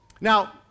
Now